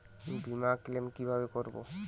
বিমা ক্লেম কিভাবে করব?